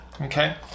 Okay